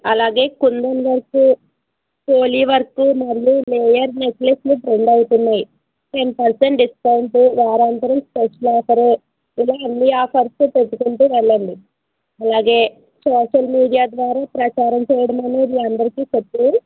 అలాగే కుందన్ వర్క్ పోలి వర్క్ మరియు లేయర్ నెక్లెస్లు ట్రెండ్ అవుతున్నాయి టెన్ పర్సెంట్ డిస్కౌంట్ వారాంతరం స్పెషల్ ఆఫరే ఇలా అన్ని ఆఫర్స్ పెట్టుకుంటూ వెళ్ళండి అలాగే సోషల్ మీడియా ద్వారా ప్రచారం చేయడం అనేది అందరికీ చెప్పు